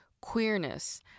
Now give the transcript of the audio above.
queerness